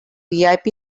vip